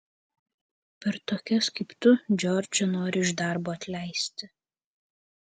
per tokias kaip tu džordžą nori iš darbo atleisti